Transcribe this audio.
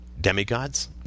demigods